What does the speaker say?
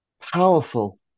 powerful